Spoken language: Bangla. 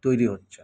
তৈরি হচ্ছে